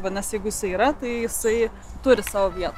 vadinasi jeigu jisai yra tai jisai turi savo vietą